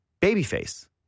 Babyface